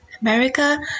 America